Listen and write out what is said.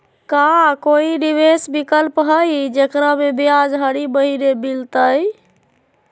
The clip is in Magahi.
का कोई निवेस विकल्प हई, जेकरा में ब्याज हरी महीने मिलतई?